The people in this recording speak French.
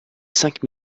cinq